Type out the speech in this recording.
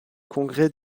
congrès